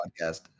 podcast